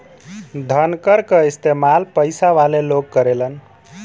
धनकर क इस्तेमाल पइसा वाले लोग करेलन